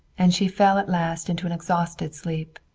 and she fell at last into an exhausted sleep.